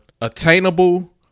attainable